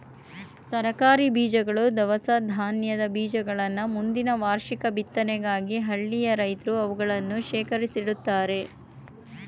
ತರಕಾರಿ ಬೀಜಗಳು, ದವಸ ಧಾನ್ಯದ ಬೀಜಗಳನ್ನ ಮುಂದಿನ ವಾರ್ಷಿಕ ಬಿತ್ತನೆಗಾಗಿ ಹಳ್ಳಿಯ ರೈತ್ರು ಅವುಗಳನ್ನು ಶೇಖರಿಸಿಡ್ತರೆ